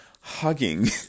hugging